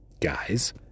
guys